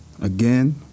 again